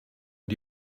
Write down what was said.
and